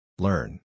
Learn